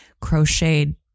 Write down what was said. crocheted